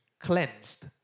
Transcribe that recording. cleansed